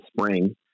spring